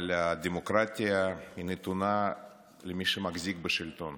אבל הדמוקרטיה נתונה למי שמחזיק בשלטון.